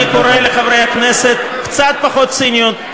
אני קורא לחברי הכנסת: קצת פחות ציניות,